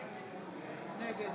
נגד